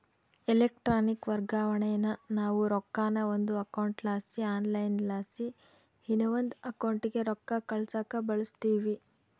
electronic ವರ್ಗಾವಣೇನಾ ನಾವು ರೊಕ್ಕಾನ ಒಂದು ಅಕೌಂಟ್ಲಾಸಿ ಆನ್ಲೈನ್ಲಾಸಿ ಇನವಂದ್ ಅಕೌಂಟಿಗೆ ರೊಕ್ಕ ಕಳ್ಸಾಕ ಬಳುಸ್ತೀವಿ